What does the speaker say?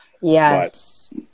Yes